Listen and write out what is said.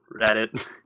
Reddit